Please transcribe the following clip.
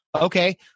okay